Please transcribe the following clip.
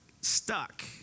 stuck